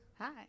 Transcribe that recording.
Hi